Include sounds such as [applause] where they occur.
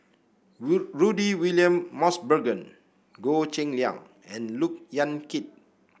[unintelligible] Rudy William Mosbergen Goh Cheng Liang and Look Yan Kit